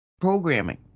programming